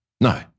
No